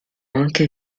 anche